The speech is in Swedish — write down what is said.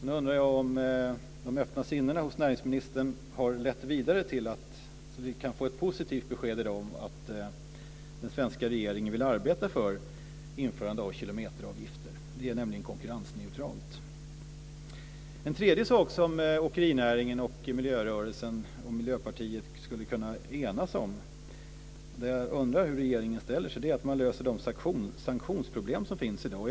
Nu undrar jag om de öppna sinnena hos näringsministern har lett vidare, så att vi kan få ett positivt besked i dag om att den svenska regeringen vill arbeta för införande av kilometeravgifter. Det är nämligen konkurrensneutralt. En tredje sak som åkerinäringen och Miljöpartiet skulle kunna enas om, och här undrar jag hur regeringen ställer sig, är att man löser de sanktionsproblem som finns i dag.